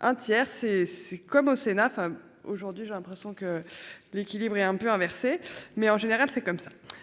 Un tiers c'est c'est comme au Sénat fin aujourd'hui, j'ai l'impression que l'équilibre est un peu renversé mais en général c'est comme ça.